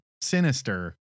sinister